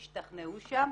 השתכנעו שם.